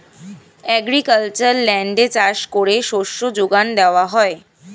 agricultural ল্যান্ডে চাষ করে শস্য যোগান দেওয়া হয়